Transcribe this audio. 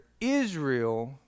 Israel